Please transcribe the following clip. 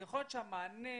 היכולת של המענה,